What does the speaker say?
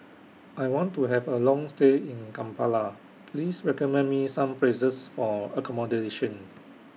I want to Have A Long stay in Kampala Please recommend Me Some Places For accommodation